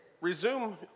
resume